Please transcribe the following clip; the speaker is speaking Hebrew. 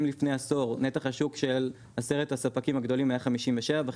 אם לפני עשור נתח השוק של עשרת הספקים הגדולים היה 57.5%,